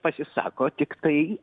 pasisako tiktai